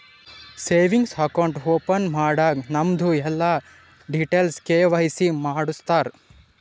savings account open ಮಾಡಾಗ್ ನಮ್ದು ಎಲ್ಲಾ ಡೀಟೇಲ್ಸ್ ಕೆ.ವೈ.ಸಿ ಮಾಡುಸ್ತಾರ್